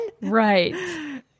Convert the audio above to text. Right